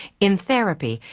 in therapy,